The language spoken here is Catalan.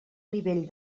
nivell